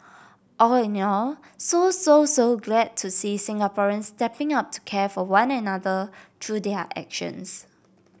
all in all so so so glad to see Singaporeans stepping up to care for one another through their actions